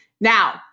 Now